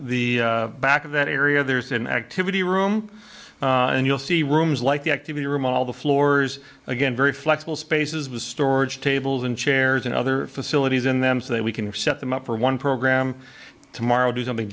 the back of that area there's an activity room and you'll see rooms like the activity room on all the floors again very flexible spaces with storage tables and chairs and other facilities in them so that we can set them up for one program tomorrow do something